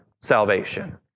salvation